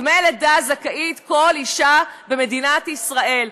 לדמי לידה זכאית כל אישה במדינת ישראל,